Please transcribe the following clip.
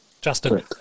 Justin